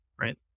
right